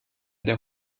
der